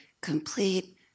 complete